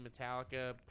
Metallica